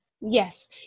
Yes